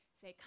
say